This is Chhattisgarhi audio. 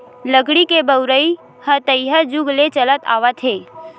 लकड़ी के बउरइ ह तइहा जुग ले चलत आवत हे